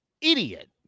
idiot